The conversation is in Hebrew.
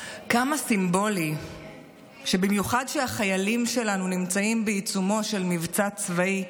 כמה סימבולי שבמיוחד כשהחיילים שלנו נמצאים בעיצומו של מבצע צבאי,